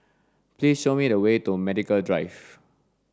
please show me the way to Medical Drive